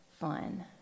fun